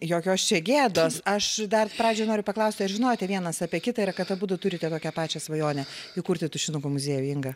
jokios čia gėdos aš dar pradžioj noriu paklausti ar žinojote vienas apie kitą ir kad abudu turite tokią pačią svajonę įkurti tušinukų muziejų inga